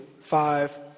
five